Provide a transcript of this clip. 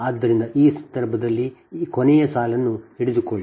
ಆದ್ದರಿಂದ ಈ ಸಂದರ್ಭದಲ್ಲಿ ಈ ಕೊನೆಯ ಸಾಲು ಹಿಡಿದುಕೊಳ್ಳಿ